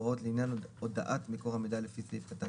הוראות לעניין הודעת מקור המידע לפי סעיף קטן